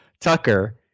Tucker